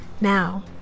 Now